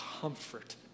comfort